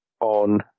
on